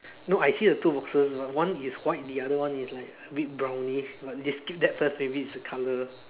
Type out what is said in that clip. no I see the two boxes but one is white the other one is like a bit brownish but can skip that first maybe is the colour